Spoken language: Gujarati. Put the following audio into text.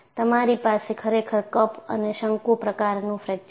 તમારી પાસે ખરેખર કપ અને શંકુ પ્રકારનું ફ્રેક્ચર છે